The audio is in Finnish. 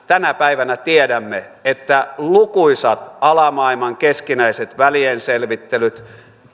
tänä päivänä tiedämme että lukuisat alamaailman keskinäiset välienselvittelyt